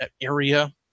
area